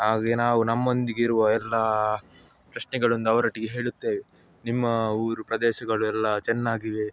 ಆಗ ನಾವು ನಮ್ಮೊಂದಿಗಿರುವ ಎಲ್ಲ ಪ್ರಶ್ನೆಗಳನ್ನು ಅವರೊಟ್ಟಿಗೆ ಹೇಳುತ್ತೇವೆ ನಿಮ್ಮ ಊರು ಪ್ರದೇಶಗಳು ಎಲ್ಲ ಚೆನ್ನಾಗಿವೆ